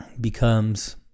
becomes